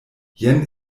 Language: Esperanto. jen